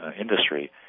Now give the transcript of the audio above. industry